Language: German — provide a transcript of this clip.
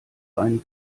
einen